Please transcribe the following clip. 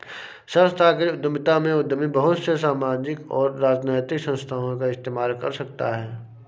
संस्थागत उद्यमिता में उद्यमी बहुत से सामाजिक और राजनैतिक संस्थाओं का इस्तेमाल कर सकता है